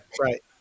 right